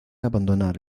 abandonar